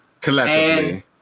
Collectively